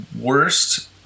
worst